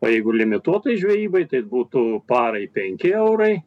o jeigu limituotai žvejybai tai būtų parai penki eurai